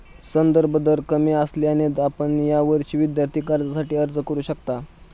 संदर्भ दर कमी असल्याने आपण यावर्षी विद्यार्थी कर्जासाठी अर्ज करू शकता